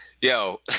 Yo